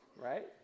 right